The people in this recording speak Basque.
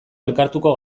elkartuko